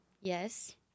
Yes